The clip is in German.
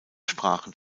sprachen